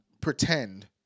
pretend